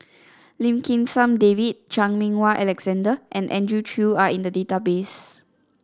Lim Kim San David Chan Meng Wah Alexander and Andrew Chew are in the database